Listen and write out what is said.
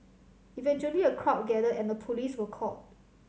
eventually a crowd gathered and the police were called